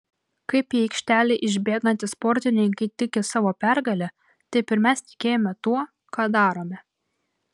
kaip į aikštelę išbėgantys sportininkai tiki savo pergale taip ir mes tikėjome tuo ką darome